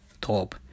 top